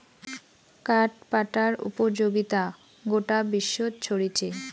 কাঠ পাটার উপযোগিতা গোটা বিশ্বত ছরিচে